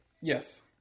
Yes